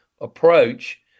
approach